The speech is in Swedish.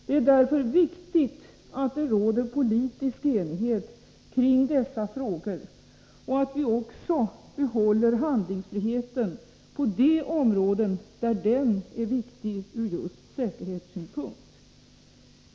Det är därför viktigt att det råder politisk enighet kring dessa frågor och att vi också behåller handlingsfriheten på de områden där den är viktig ur säkerhetssynpunkt.